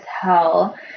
hell